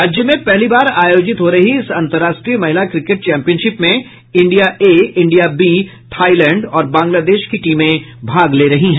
राज्य में पहली बार आयोजित हो रही इस अंतर्राष्ट्रीय महिला क्रिकेट चैंपियनशिप में India A India B Thailand और बांग्लादेश की टीमें भाग ले रही हैं